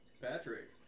Patrick